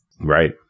right